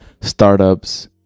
startups